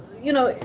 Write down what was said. you know,